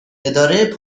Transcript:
اداره